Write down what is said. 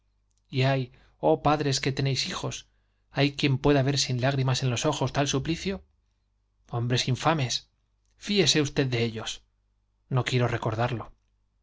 infanticidio y hay i oh padres que tenéis hijos hay quien pueda ver sin lágrimas en los ojos tal suplicio hombres in fa mes i fíese usted de ellos no quiero recordarlo